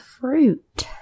fruit